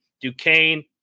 Duquesne